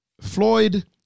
Floyd